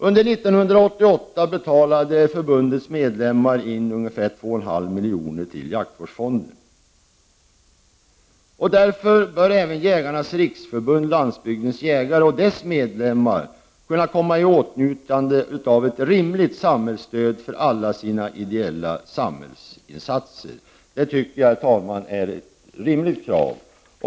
Under 1988 betalade förbundets medlemmar in ungefär 2,5 milj.kr. till jaktvårdsfonden. Därför bör även dess medlemmar kunna komma i åtnjutande av ett rimligt samhällsstöd för alla sina ideella samhällsinsatser. Det tycker jag, herr talman, är ett rimligt krav.